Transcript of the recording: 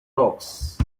rocks